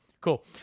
cool